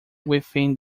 within